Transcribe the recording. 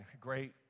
great